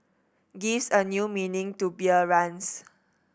gives a new meaning to beer runs